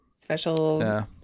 Special